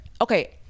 okay